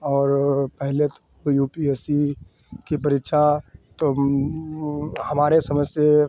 और पहले तो यू पी एस सी की परीक्षा तो हमारी समझ से